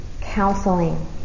counseling